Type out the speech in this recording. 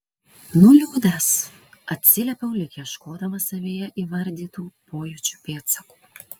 nuliūdęs atsiliepiau lyg ieškodamas savyje įvardytų pojūčių pėdsakų